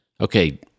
okay